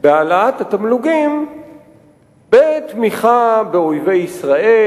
בהעלאת התמלוגים בתמיכה באויבי ישראל,